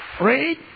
Read